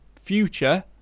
future